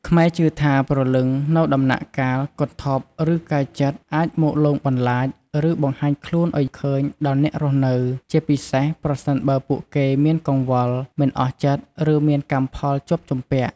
ខ្មែរជឿថា ព្រលឹងនៅដំណាក់កាល គន្ធព្វឬកាយចិត្ត អាចមកលងបន្លាច ឬបង្ហាញខ្លួនឱ្យឃើញដល់អ្នកនៅរស់ ជាពិសេសប្រសិនបើពួកគេមានកង្វល់ មិនអស់ចិត្តឬមានកម្មផលជាប់ជំពាក់។